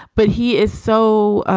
but he is so